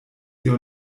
ihr